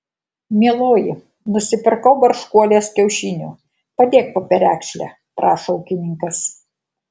mieloji nusipirkau barškuolės kiaušinių padėk po perekšle prašo ūkininkas